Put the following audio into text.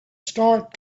start